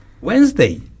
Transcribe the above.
Wednesday